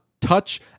touch